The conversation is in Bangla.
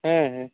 হ্যাঁ হ্যাঁ